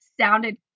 sounded